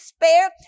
despair